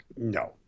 no